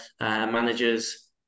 managers